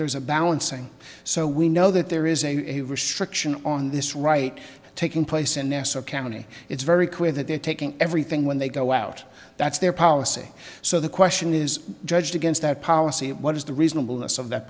there is a balancing so we know that there is a restriction on this right taking place in nassau county it's very clear that they're taking everything when they go out that's their policy so the question is judged against that policy what is the reasonable us of that